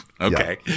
Okay